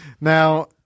Now